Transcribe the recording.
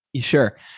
Sure